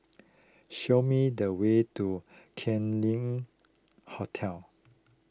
show me the way to Kam Leng Hotel